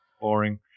Boring